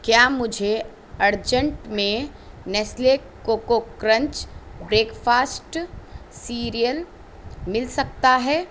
کیا مجھے ارجنٹ میں Nestle Koko Krunch breakfast cereal مل سکتا ہے